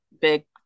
big